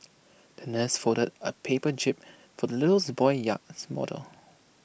the nurse folded A paper jib for the little boy's yacht model